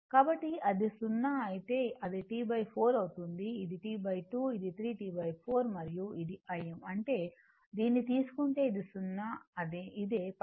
కాబట్టి అది 0 అయితే అది T4 అవుతుంది ఇది T 2 ఇది 3 T4 మరియు ఇది Im అంటే దీనిని తీసుకుంటే ఇది 0 ఇదే π 2